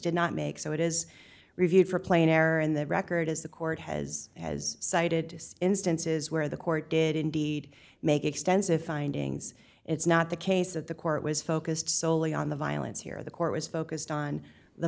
did not make so it is reviewed for plane air or in the record as the court has as cited this instances where the court did indeed make extensive findings it's not the case of the court was focused soley on the violence here the court was focused on the